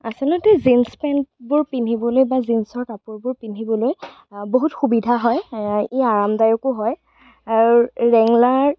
আচলতে জিনচ্ পেণ্টবোৰ পিন্ধিবলৈ বা জিনচৰ কাপোৰবোৰ পিন্ধিবলৈ বহুত সুবিধা হয় ই আৰামদায়কো হয় আৰু ৰেংলাৰ